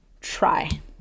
try